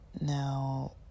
Now